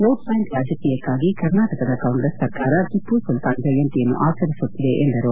vote bank ರಾಜಕೀಯಕ್ಕಾಗಿ ಕರ್ನಾಟಕದ ಕಾಂಗ್ರೆಸ್ ಸರ್ಕಾರ ಟಿಪ್ಪು ಸುಲ್ತಾನ್ ಜಯಂತಿಯನ್ನು ಆಚರಿಸುತ್ತಿದೆ ಎಂದರು